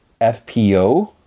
FPO